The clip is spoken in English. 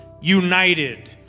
united